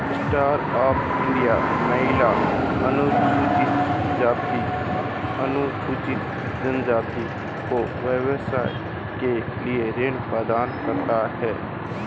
stand up India महिला, अनुसूचित जाति व अनुसूचित जनजाति को व्यवसाय के लिए ऋण प्रदान करता है